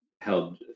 held